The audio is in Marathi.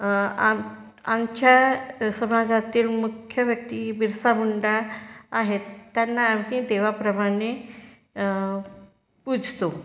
आ आम आमच्या समाजातील मुख्य व्यक्ती बिरसा मुंडा आहेत त्यांना आम्ही देवाप्रमाणे पुजतो